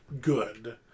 good